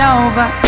over